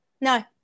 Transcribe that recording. No